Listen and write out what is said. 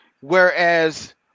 whereas